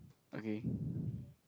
okay